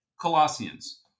Colossians